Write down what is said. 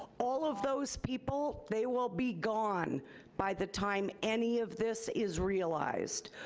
all of those people, they will be gone by the time any of this is realized.